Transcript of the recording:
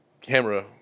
camera